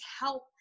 help